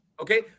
okay